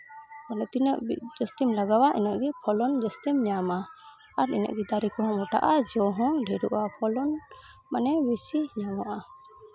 ᱵᱚᱞᱮ ᱛᱤᱱᱟᱹᱜ ᱡᱟᱹᱥᱛᱤᱢ ᱞᱟᱜᱟᱣᱟ ᱩᱱᱟᱹᱜ ᱜᱮ ᱯᱷᱚᱞᱚᱱ ᱡᱟᱹᱥᱛᱤᱧ ᱧᱟᱢᱟ ᱟᱨ ᱤᱱᱟᱹᱜ ᱜᱮ ᱫᱟᱨᱮ ᱠᱚᱦᱚᱸ ᱢᱳᱴᱟᱜᱼᱟ ᱡᱚ ᱦᱚᱸ ᱰᱷᱮᱨᱚᱜᱼᱟ ᱯᱷᱚᱞᱚᱱ ᱢᱟᱱᱮ ᱵᱮᱥᱤ ᱧᱟᱢᱚᱜᱼᱟ